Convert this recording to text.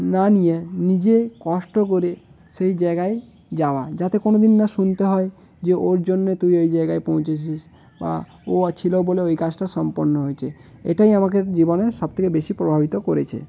না নিয়ে নিজে কষ্ট করে সেই জায়গায় যাওয়া যাতে কোনো দিন না শুনতে হয় যে ওর জন্যে তুই এই জায়গায় পৌঁছেছিস বা ও আজ ছিলো বলে ওই কাজটা সম্পন্ন হয়েছে এটাই আমাকে জীবনে সব থেকে বেশি প্রভাবিত করেছে